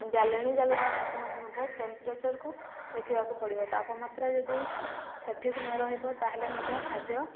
ଜାଳେଣି ଜାଲିବା ମଧ୍ୟ ଟେମ୍ପ୍ରେଚରକୁ ଦେଖିବାକୁ ପଡ଼ିବ ତାପମାତ୍ର ଯଦି ସଠିକ ନ ରହିବ ତାହେଲେ ମଧ୍ୟ ଖାଦ୍ୟ